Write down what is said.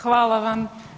Hvala vam.